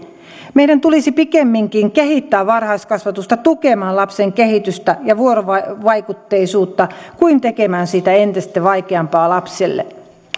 meidän tulisi pikemminkin kehittää varhaiskasvatusta tukemaan lapsen kehitystä ja vuorovaikutteisuutta kuin tekemään siitä entistä vaikeampaa lapselle